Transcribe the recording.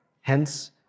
Hence